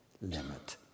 limit